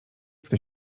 kto